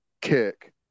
kick